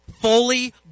fully